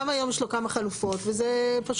וגם היום יש לו כמה חלופות וזה פשוט